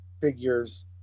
figures